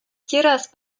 tierras